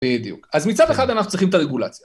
בדיוק, אז מצד אחד אנחנו צריכים את הרגולציה